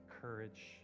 courage